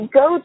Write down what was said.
go